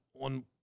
on